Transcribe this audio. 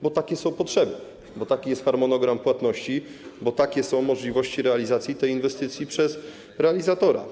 Bo takie są potrzeby, bo taki jest harmonogram płatności, bo takie są możliwości realizacji tej inwestycji przez realizatora.